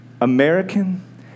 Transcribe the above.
American